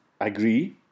agree